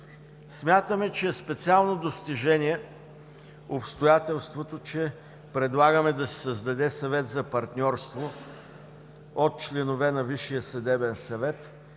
Смятаме, че е специално достижение обстоятелството, че предлагаме да се създаде Съвет за партньорство от членове на Висшия съдебен съвет,